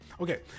Okay